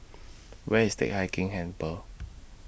Where IS Teck Hai Keng Temple